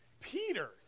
Peter